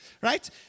Right